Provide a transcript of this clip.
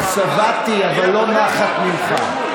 שבעתי, אבל לא נחת, ממך.